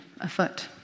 afoot